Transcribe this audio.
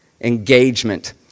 Engagement